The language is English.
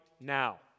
now